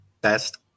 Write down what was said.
best